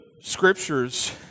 scriptures